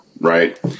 right